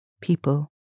people